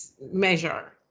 measure